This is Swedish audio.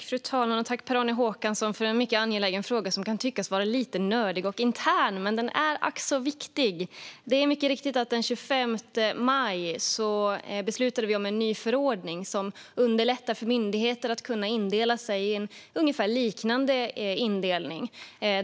Fru talman! Tack, Per-Arne Håkansson, för en mycket angelägen fråga! Den kan tyckas vara lite nördig och intern, men den är ack så viktig. Det är mycket riktigt så att vi den 25 maj beslutade om en ny förordning som underlättar för myndigheter att indela sig i en liknande indelning.